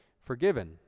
forgiven